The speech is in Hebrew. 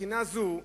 מבחינה זו,